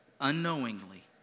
unknowingly